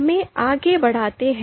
हमें आगे बढ़ाते हैं